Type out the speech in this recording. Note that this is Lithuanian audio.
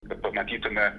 kad pamatytume